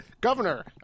Governor